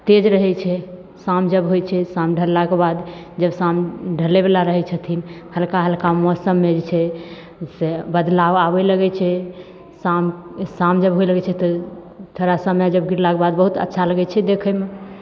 तेज रहय छै शाम जब होइ छै शाम ढललाके बाद जब शाम ढलयवला रहय छथिन हल्का हल्का मौसममे जे छै से बदलाव आबय लगय छै शाम शाम जब होइ लगय छै तऽ शाम थोड़ा समय जब गिरलाके बाद बहुत अच्छा लगय छै देखयमे